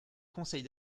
conseil